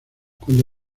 cuando